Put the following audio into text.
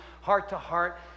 heart-to-heart